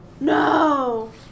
no